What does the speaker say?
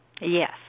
Yes